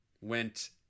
went